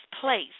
place